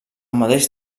mateix